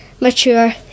mature